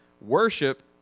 worship